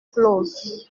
close